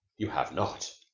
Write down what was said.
you have not.